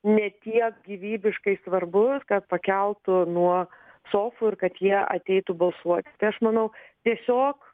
ne tiek gyvybiškai svarbus kad pakeltų nuo sofų ir kad jie ateitų balsuot tai aš manau tiesiog